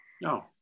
No